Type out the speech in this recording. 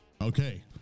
Okay